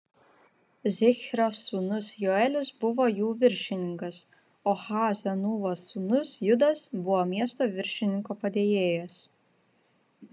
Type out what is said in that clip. zichrio sūnus joelis buvo jų viršininkas o ha senūvos sūnus judas buvo miesto viršininko padėjėjas